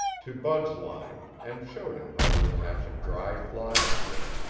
to bud's line and showed him how to attach a dry fly to it.